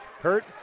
Hurt